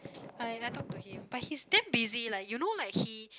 I I talked to him but he's damn busy like you know like he